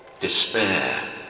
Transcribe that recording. Despair